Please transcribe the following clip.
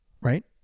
Right